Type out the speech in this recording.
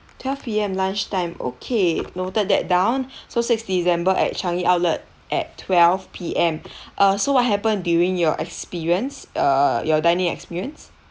twelve P_M lunchtime okay noted that down so sixth december at changi outlet at twelve P_M uh so what happened during your experience err your dine in experience